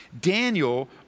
Daniel